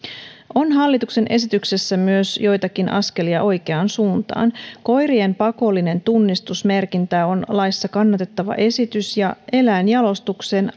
on hallituksen esityksessä myös joitakin askelia oikeaan suuntaan koirien pakollinen tunnistusmerkintä on laissa kannatettava esitys ja eläinjalostukseen